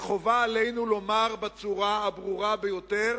וחובה עלינו לומר בצורה הברורה ביותר